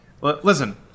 listen